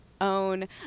own –